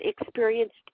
experienced